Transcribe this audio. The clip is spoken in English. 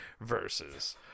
Versus